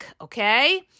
okay